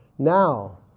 Now